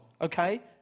okay